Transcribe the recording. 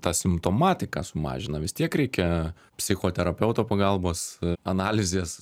tą simptomatiką sumažina vis tiek reikia psichoterapeuto pagalbos analizės